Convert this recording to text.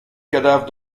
cadavre